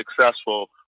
successful